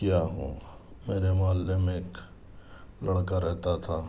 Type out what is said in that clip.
کیا ہوں میرے محلے میں ایک لڑکا رہتا تھا